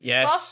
Yes